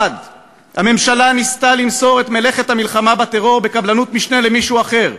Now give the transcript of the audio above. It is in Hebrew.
1. הממשלה ניסתה למסור את מלאכת המלחמה בטרור בקבלנות משנה למישהו אחר,